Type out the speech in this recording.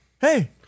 Hey